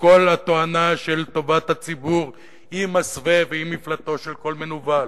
וכל התואנה של טובת הציבור היא מסווה והיא מפלטו של כל מנוול.